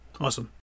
Awesome